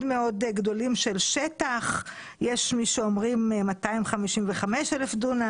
מאוד גדולים של שטח כאשר יש מי שאומרים 255 אלף דונם